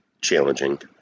challenging